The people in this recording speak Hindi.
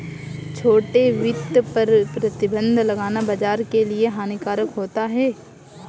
छोटे वित्त पर प्रतिबन्ध लगाना बाज़ार के लिए हानिकारक होता है